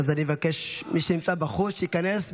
אם כך, אני מבקש מכל מי שנמצא בחוץ, שייכנס.